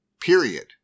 period